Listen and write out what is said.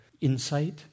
insight